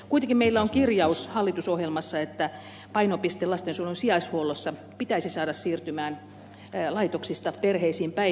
kuitenkin meillä on kirjaus hallitusohjelmassa että painopiste lastensuojelun sijaishuollossa pitäisi saada siirtymään laitoksista perheisiin päin